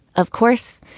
of course,